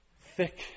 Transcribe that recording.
thick